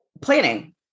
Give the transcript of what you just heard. Planning